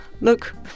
look